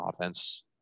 offense